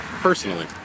personally